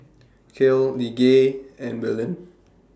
Cale Lige and Belen